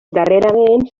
darrerament